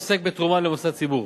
העוסק בתרומה למוסד ציבור.